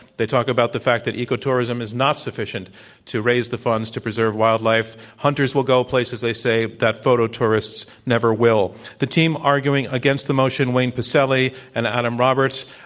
they talk about the fact that ecotourism is not sufficient to raise the funds to preserve wildlife. hunters will go places, they say, that photo tourists never will. the team arguing against the motion, wayne pacelle and adam roberts,